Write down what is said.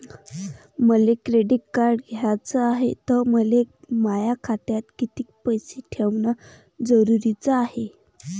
मले credit card घ्याचं हाय, त मले माया खात्यात कितीक पैसे ठेवणं जरुरीच हाय?